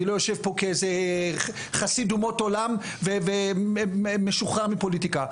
אני לא יושב פה כחסיד אומות עולם ומשוחרר מפוליטיקה.